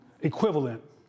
equivalent